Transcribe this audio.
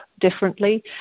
differently